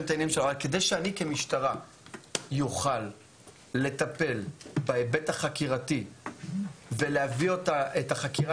אבל כדי שאני כשמשטרה אוכל לטפל בהיבט החקירתי ולהביא את החקירה